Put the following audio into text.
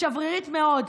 שברירית מאוד,